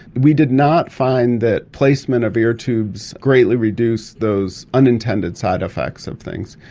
we did not find that placement of ear tubes greatly reduced those unintended side effects of things.